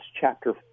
chapter